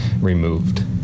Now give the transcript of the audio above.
removed